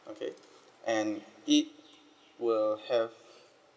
okay and he will have